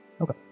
Okay